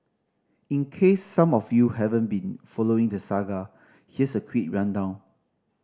in case some of you haven't been following the saga here's a quick rundown